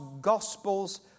gospel's